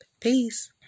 Peace